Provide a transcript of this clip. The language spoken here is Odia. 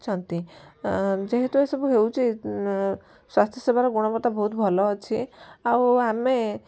ଛନ୍ତି ଯେହେତୁ ଏସବୁ ହେଉଛି ସ୍ୱାସ୍ଥ୍ୟ ସେବାର ଗୁଣବତ୍ତା ବହୁତ ଭଲ ଅଛି ଆଉ ଆମେ